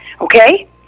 okay